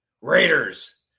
Raiders